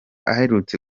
aherutse